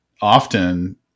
often